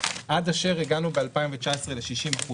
עד אשר הגענו ב-2019 ל-60%.